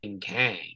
Kang